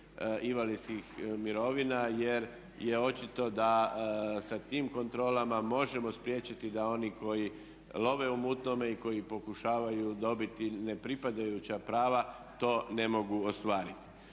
invalidskih mirovina, jer je očito da sa tim kontrolama možemo spriječiti da oni koji love u mutnome i koji pokušavaju dobiti nepripadajuća prava to ne mogu ostvariti.